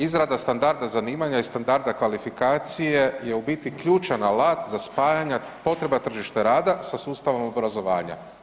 Izrada standarda zanimanja i standarda kvalifikacije je u biti ključan alat za spajanja potreba tržišta rada sa sustavom obrazovanja.